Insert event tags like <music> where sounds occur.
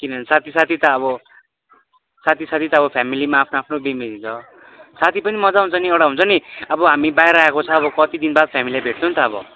किनभने साथी साथी त अब साथी साथी त अब फेमिलीमा आफ्नो आफ्नो <unintelligible> हुन्छ साथी पनि मज्जा आउँछ नि एउटा हुन्छ नि अब हामी बाहिर आएको छ अब कति दिन बाद फेमिलीलाई भेट्छ नि त अब